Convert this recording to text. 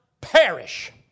perish